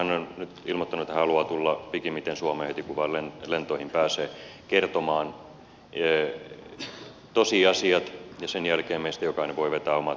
hän on nyt ilmoittanut että hän haluaa tulla pikimmiten suomeen heti kun vain lennoille pääsee kertomaan tosiasiat ja sen jälkeen meistä jokainen voi vetää omat johtopäätöksensä